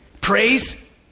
Praise